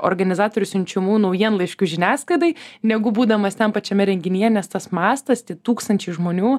organizatorių siunčiamų naujienlaiškių žiniasklaidai negu būdamas ten pačiame renginyje nes tas mastas tai tūkstančiai žmonių